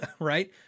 right